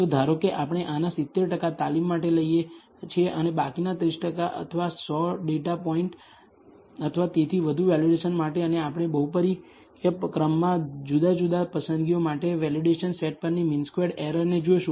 તો ધારો કે આપણે આના 70 ટકા તાલીમ માટે લઈએ છીએ અને બાકીના 30 ટકા અથવા 100 ડેટા પોઇન્ટ અથવા તેથી વધુ વેલિડેશન માટે અને આપણે બહુપરીય ક્રમમાં જુદા જુદા પસંદગીઓ માટે વેલિડેશન સેટ પરની મીન સ્ક્વેર્ડ એરરને જોશું